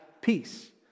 peace